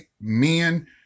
men